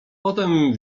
potem